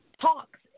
talks